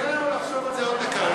תן לנו לחשוב על זה עוד דקה.